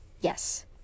yes